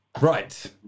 right